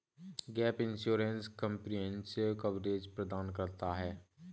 gap insurance comprehensive coverage प्रदान करता है